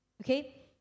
okay